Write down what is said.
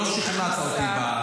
לא שכנעת אותי.